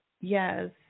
Yes